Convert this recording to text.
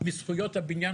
מזכויות הבניין